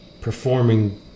performing